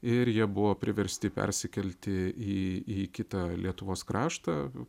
ir jie buvo priversti persikelti į į kitą lietuvos kraštą